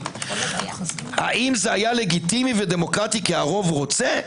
האם זה היה לגיטימי ודמוקרטי כי הרוב רוצה?